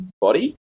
body